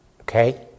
okay